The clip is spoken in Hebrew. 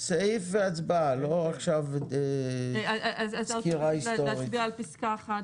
סעיף והצבעה לא סקירה היסטורית עכשיו.